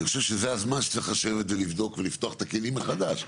אני חושב שזה הזמן שצריך לשבת ולבדוק ולפתוח את הכלים מחדש.